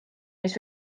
mis